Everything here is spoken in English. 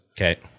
okay